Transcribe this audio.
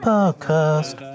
Podcast